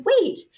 wait